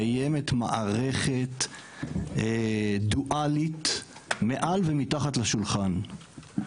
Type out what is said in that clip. קיימת מערכת דואלית מעל ומתחת לשולחן,